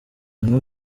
umwe